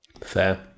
Fair